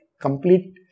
complete